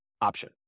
option